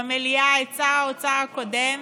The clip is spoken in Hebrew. במליאה, את שר האוצר הקודם,